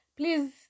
Please